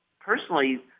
personally